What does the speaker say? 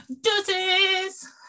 deuces